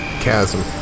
chasm